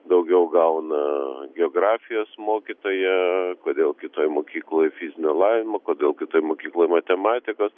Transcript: daugiau gauna geografijos mokytoja kodėl kitoj mokykloj fizinio lavinimo kodėl kitoj mokykloj matematikos